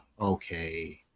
okay